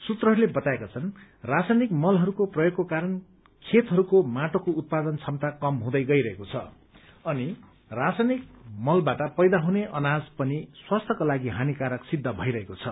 सूत्रहरूले बताएका छन् रासायनिक मलहरूको प्रयोगको कारण खेतहरूको माटोको उत्पादन क्षमता कम हुँदै गइरहेको छ अनि रासायनिक मलबाट पैदा हुने अनाज पनि स्वास्थ्यको लागि पनि हानिकारिक सिद्ध भइरहेको छ